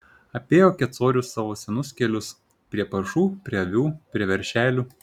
apėjo kecorius savo senus kelius prie paršų prie avių prie veršelių